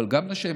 אבל גם לשמש.